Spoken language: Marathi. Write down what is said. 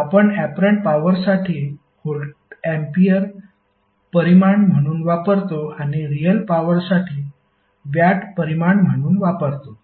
आपण ऍपरंट पॉवरसाठी व्होल्ट अँपिअर परिमाण म्हणून वापरतो आणि रियल पॉवरसाठी वॅट परिमाण म्हणून वापरतो